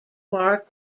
our